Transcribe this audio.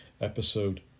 episode